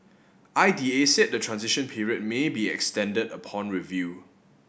I D A said the transition period may be extended upon review